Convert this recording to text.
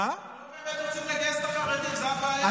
אתם לא באמת רוצים לגייס את החרדים, זאת הבעיה.